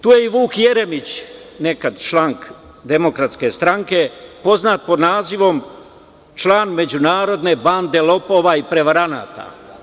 Tu je i Vuk Jeremić, nekadašnji član DS, poznat pod nazivom – član međunarodne bande lopova i prevaranata.